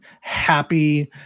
happy